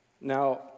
Now